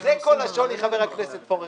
זה לגבי הסכומים שהלכו ליהודה ושומרון.